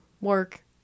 work